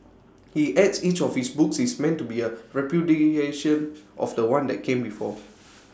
he adds each of his books is meant to be A repudiation of The One that came before